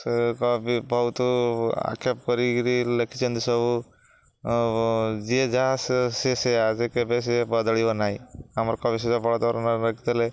ସେ କବି ବହୁତ ଆକ୍ଷେପ କରିକିରି ଲେଖିଛନ୍ତି ସବୁ ଯିଏ ଯାହା ସିଏ ସେଇଆ ସେ କେବେ ସିଏ ବଦଳିବ ନାହିଁ ଆମର କବିସୂର୍ଯ୍ୟ ବଳଦେବ ଲେଖିଥିଲେ